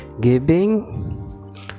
giving